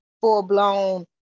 full-blown